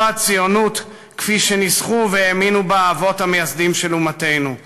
זו הציונות כפי שניסחו אותה והאמינו בה האבות המייסדים של אומתנו.